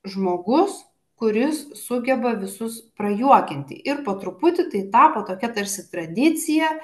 žmogus kuris sugeba visus prajuokinti ir po truputį tai tapo tokia tarsi tradicija